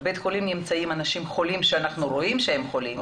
בבית חולים נמצאים אנשים חולים שאנחנו רואים שהם חולים,